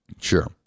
Sure